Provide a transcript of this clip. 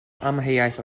amheuaeth